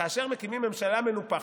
כאשר מקימים ממשלה מנופחת,